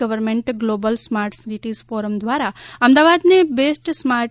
government global smart cities forum દ્વારા અમદાવાદને best smart